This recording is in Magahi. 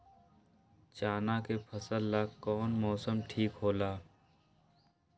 चाना के फसल ला कौन मौसम ठीक होला?